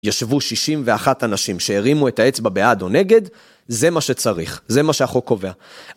ישבו 61 אנשים שהרימו את האצבע בעד או נגד, זה מה שצריך, זה מה שהחוק קובע.